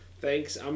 Thanks